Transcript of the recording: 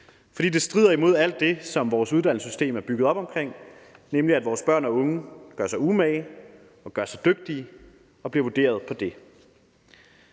fordi det strider imod at alt det, som vores uddannelsessystem er bygget op omkring, nemlig at vores børn og unge gør sig umage og gør sig dygtige og bliver vurderet på det.